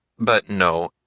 but no,